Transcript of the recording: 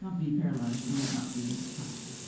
um be paralyzed and yet not be cocky.